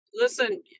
listen